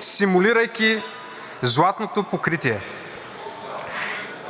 симулирайки златното покритие.